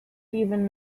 even